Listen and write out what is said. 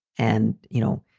and, you know,